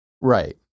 Right